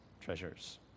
treasures